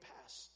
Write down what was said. past